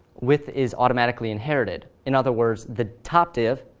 width is automatically inherited. in other words, the top div,